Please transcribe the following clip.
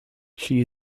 she